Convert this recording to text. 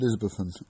Elizabethan